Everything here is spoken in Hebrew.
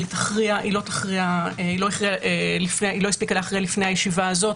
אבל היא לא הספיקה להכריע לפני הישיבה הזאת.